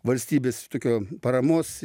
valstybės tokio paramos